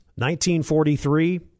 1943